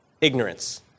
ignorance